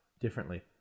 differently